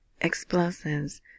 explosives